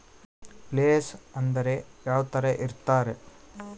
Place ಅಂದ್ರೆ ಯಾವ್ತರ ಇರ್ತಾರೆ?